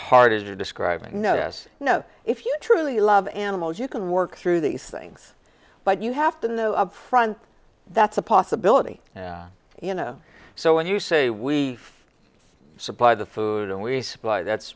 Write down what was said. hard as you're describing no yes no if you truly love animals you can work through these things but you have to know upfront that's a possibility you know so when you say we supply the food and we supply that's